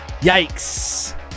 Yikes